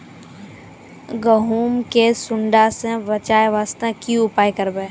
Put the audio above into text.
गहूम के सुंडा से बचाई वास्ते की उपाय करबै?